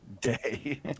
day